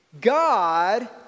God